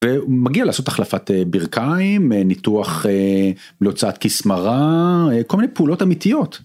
מגיע לעשות החלפת ברכיים, ניתוח להוצאת כיס מרה, כל מיני פעולות אמיתיות.